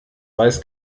weiß